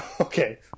Okay